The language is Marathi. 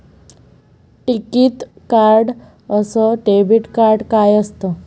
टिकीत कार्ड अस डेबिट कार्ड काय असत?